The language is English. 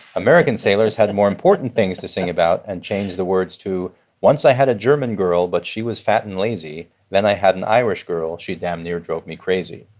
american sailors had more important things to sing about and changed the words to once i had a german girl but she was fat and lazy. then i had an irish girl. girl. she damn near drove me crazy.